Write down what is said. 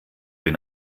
den